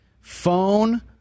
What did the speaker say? phone